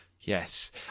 yes